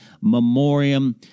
memoriam